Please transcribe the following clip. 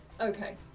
okay